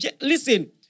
Listen